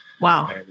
Wow